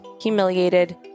humiliated